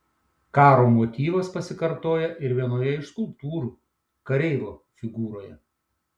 karo motyvas pasikartoja ir vienoje iš skulptūrų kareivio figūroje